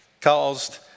caused